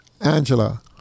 Angela